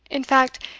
in fact,